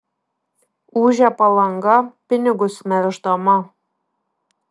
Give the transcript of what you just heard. ūžia palanga pinigus melždama